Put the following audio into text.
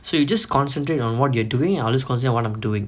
so you just concentrate on what you're doing and I'll just consider what I'm doing